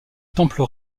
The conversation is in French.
temple